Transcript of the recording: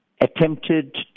attempted